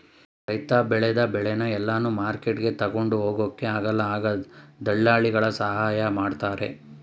ರೈತ ಬೆಳೆದ ಬೆಳೆನ ಎಲ್ಲಾನು ಮಾರ್ಕೆಟ್ಗೆ ತಗೊಂಡ್ ಹೋಗೊಕ ಆಗಲ್ಲ ಆಗ ದಳ್ಳಾಲಿಗಳ ಸಹಾಯ ಮಾಡ್ತಾರೆ